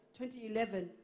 2011